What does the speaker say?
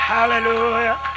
Hallelujah